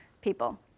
people